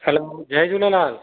हलो जय झुलेलाल